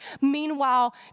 meanwhile